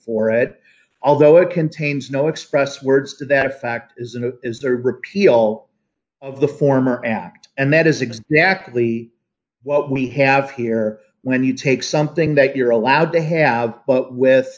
for it although it contains no express words to that a fact is and is the repeal of the former act and that is exactly what we have here when you take something that you're allowed to have but with